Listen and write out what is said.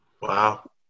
Wow